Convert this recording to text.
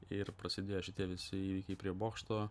ir prasidėjo šitie visi įvykiai prie bokšto